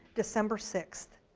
december sixth,